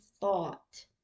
thought